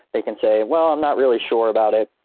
they can say, well, i'm not really sure about it.